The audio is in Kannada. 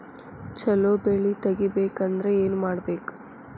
ಛಲೋ ಬೆಳಿ ತೆಗೇಬೇಕ ಅಂದ್ರ ಏನು ಮಾಡ್ಬೇಕ್?